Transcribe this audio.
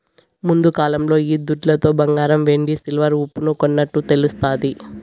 ముందుకాలంలో ఈ దుడ్లతో బంగారం వెండి సిల్వర్ ఉప్పును కొన్నట్టు తెలుస్తాది